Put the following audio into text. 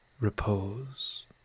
repose